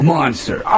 Monster